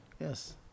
Yes